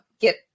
get